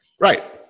Right